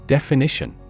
Definition